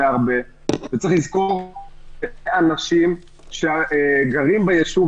צריך לזכור שאלה אנשים שגרים בישוב